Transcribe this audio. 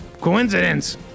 Coincidence